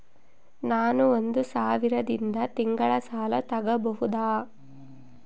ನಾನು ಒಂದು ಸಾವಿರದಿಂದ ತಿಂಗಳ ಸಾಲ ತಗಬಹುದಾ?